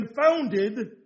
confounded